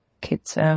kids